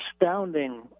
astounding